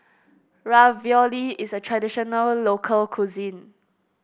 ravioli is a traditional local cuisine